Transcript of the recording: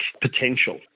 potential